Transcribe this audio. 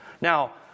Now